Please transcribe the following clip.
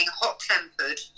hot-tempered